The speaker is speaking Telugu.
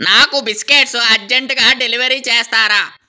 నాకు బిస్కెట్స్ అర్జెంటుగా డెలివరీ చేస్తారా